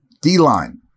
D-line